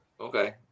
Okay